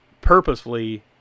purposefully